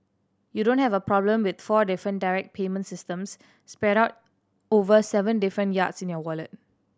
you don't have a problem with four different direct payment systems spread out over seven different yards in your wallet